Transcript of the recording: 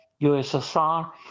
USSR